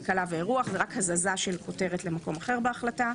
כלכלה ואירוח" זו רק הזזה של הכותרת למקום אחר בהחלטה.